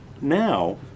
now